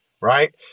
Right